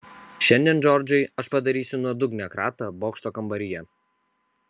šiandien džordžai aš padarysiu nuodugnią kratą bokšto kambaryje